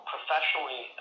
Professionally